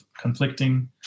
conflicting